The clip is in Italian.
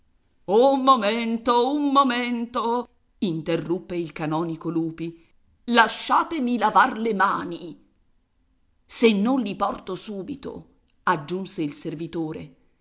un momento un momento interruppe il canonico lupi lasciatemi lavar le mani se non li porto subito aggiunse il servitore